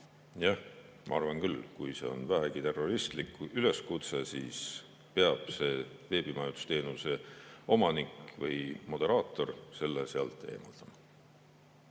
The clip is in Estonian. Jah, ma arvan küll. Kui see on vähegi terroristlik üleskutse, siis peab veebimajutusteenuse omanik või moderaator selle sealt eemaldama.